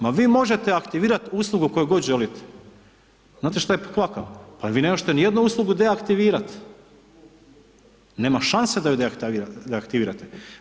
Ma vi možete aktivirati uslugu koju god želite, znate šta je kvaka, pa vi ne možete nijednu uslugu deaktivirati, nema šanse da ju deaktivirate.